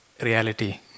reality